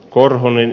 korhonen